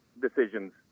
decisions